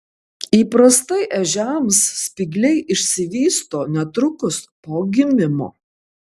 įprastai ežiams spygliai išsivysto netrukus po gimimo